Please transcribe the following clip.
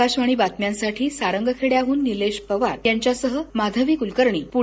आकाशवाणी बातम्यांसाठी सारंगखेडयाहून निलेश पवार यांच्यासह माधवी कुलकर्णी पुणे